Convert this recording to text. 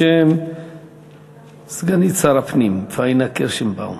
בשם סגנית שר הפנים פאינה קירשנבאום.